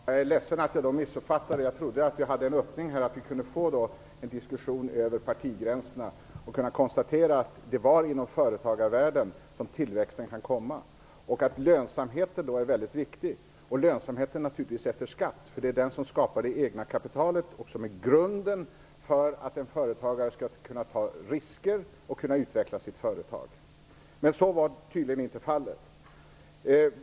Fru talman! Jag är ledsen att jag har missuppfattat det här. Jag trodde att det fanns en öppning här och att vi kunde föra en diskussion över partigränserna och att vi då skulle kunna konstatera att det är inom företagarvärlden tillväxten kan komma. Lönsamheten är då mycket viktig. Det gäller särskilt lönsamheten efter skatt. Det är den som skapar det egna kapitalet och som är grunden för att en företagare skall kunna ta risker och utveckla sitt företag. Men så var tydligen inte fallet.